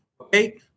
Okay